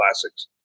classics